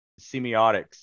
semiotics